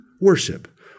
worship